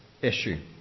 issue